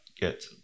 get